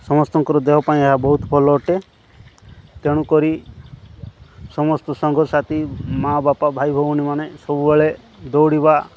ସମସ୍ତଙ୍କର ଦେହ ପାଇଁ ଏହା ବହୁତ ଭଲ ଅଟେ ତେଣୁକରି ସମସ୍ତ ସାଙ୍ଗସାଥି ମା' ବାପା ଭାଇ ଭଉଣୀମାନେ ସବୁବେଳେ ଦୌଡ଼ିବା